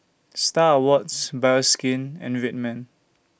STAR Awards Bioskin and Red Man